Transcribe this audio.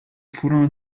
furono